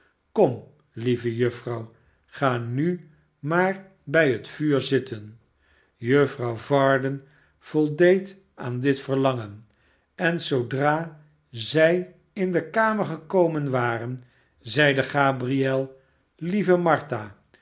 lieve juffrouw ga nu maar bij het vuur zitten juffrouw varden voldeed aan dit verlangen en zoodra zij in de kamer gekomen waren zeide gabriel lieve martha